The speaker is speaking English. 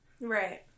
Right